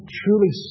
truly